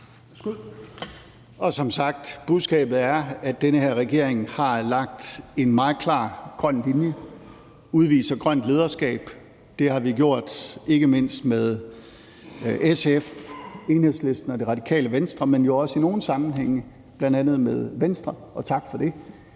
Som sagt er budskabet, at den her regering har lagt en meget klar grøn linje og udviser grønt lederskab. Det har vi gjort, ikke mindst med SF, Enhedslisten og Radikale Venstre, men jo også i nogle sammenhænge med bl.a. Venstre, og tak for det.